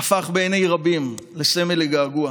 הפך בעיני רבים לסמל לגעגוע,